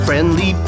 Friendly